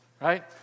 right